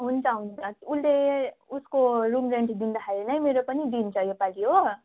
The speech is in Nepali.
हुन्छ हुन्छ उसले उसको रुम रेन्ट दिँदाखेरि नै मेरो पनि दिन्छ योपालि हो